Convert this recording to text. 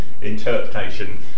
interpretation